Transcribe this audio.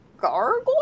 gargoyle